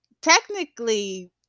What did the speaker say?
technically